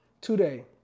today